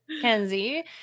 Kenzie